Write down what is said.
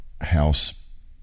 house